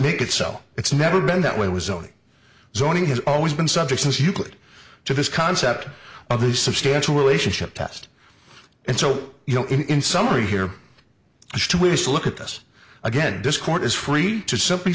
make it so it's never been that way it was only zoning has always been subject since you could to this concept of a substantial relationship test and so you know in summary here are two ways to look at this again this court is free to simply